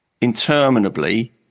interminably